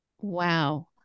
Wow